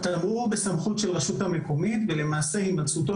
התמרור הוא בסמכות הרשות המקומית ולמעשה הימצאותו